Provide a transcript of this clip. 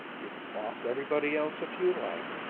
you can boss everybody else if you like,